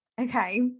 Okay